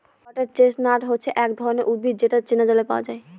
water chestnut হচ্ছে এক ধরনের উদ্ভিদ যেটা চীনা জলে পাওয়া যায়